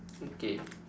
okay